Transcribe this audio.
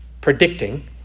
predicting